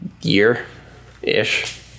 year-ish